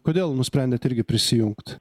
kodėl nusprendėt irgi prisijungt